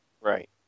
Right